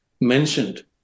mentioned